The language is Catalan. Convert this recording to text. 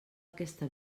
aquesta